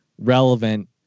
relevant